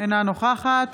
אינה נוכחת